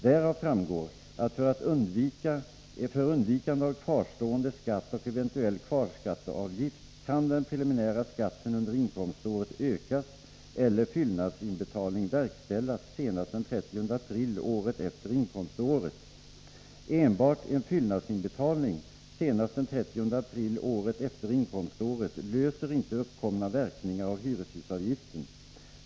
Därav framgår att för undvikande av kvarstående skatt och eventuell kvarskatteavgift kan den preliminära skatten under inkomståret ökas eller fyllnadsinbetalning verkställas senast den 30 april året efter inkomståret. : 5 Enbart en fyllnadsinbetalning senast den 30 april året efter inkomståret undanröjer inte uppkomna verkningar av hyreshusavgiften.